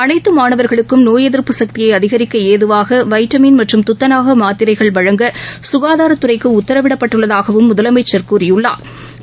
அனைத்துமாணவர்குளக்கும் எதிர்ப்பு சக்தியைஅதிகரிக்கஏதுவாகவைட்டமின் மற்றம் நோய் துத்தநாகமாத்திரைகள் வழங்க சுகாதாரத்துறைக்குஉத்தரவிடப்பட்டுள்ளதாகவும் முதலமைச்சா் கூறியுள்ளாா்